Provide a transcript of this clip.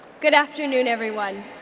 good afternoon everyone.